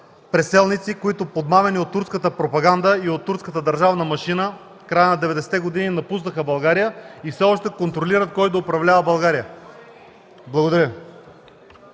преселници, които, подмамени от турската пропаганда и от турската държавна машина, в края на 90-те години напуснаха България и все още контролират кой да управлява България. Благодаря.